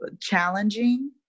challenging